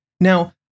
Now